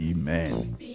Amen